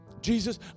Jesus